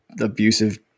abusive